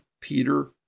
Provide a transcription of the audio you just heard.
Peter